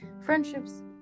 friendships